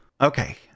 okay